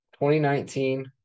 2019